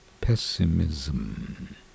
pessimism